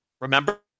Remember